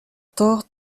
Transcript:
tort